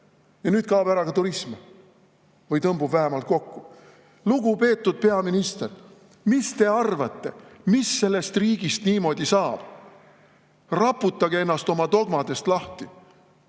Ja nüüd kaob ära ka turism või tõmbub vähemalt kokku. Lugupeetud peaminister, mis te arvate, mis sellest riigist niimoodi saab? Raputage ennast oma dogmadest lahti!